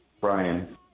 Brian